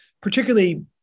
particularly